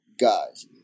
guys